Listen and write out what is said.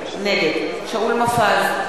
נגד שאול מופז,